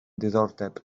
diddordeb